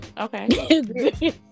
Okay